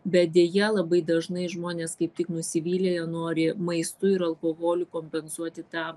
bet deja labai dažnai žmonės kaip tik nusivylę jie nori maistu ir alkoholiu kompensuoti tą